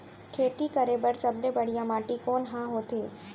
खेती करे बर सबले बढ़िया माटी कोन हा होथे?